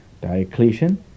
Diocletian